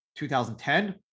2010